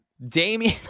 Damian